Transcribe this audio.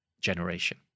generation